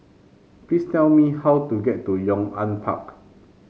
please tell me how to get to Yong An Park